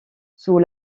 sous